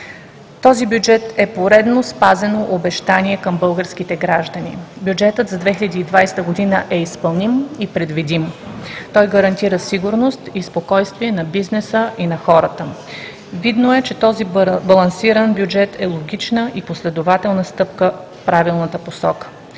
Този бюджет е поредно спазено обещание към българските граждани. Бюджетът за 2020 г. е изпълним и предвидим. Той гарантира сигурност и спокойствие на бизнеса и на хората. Видно е, че този балансиран бюджет е логична и последователна стъпка в правилната посока